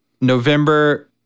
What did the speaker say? November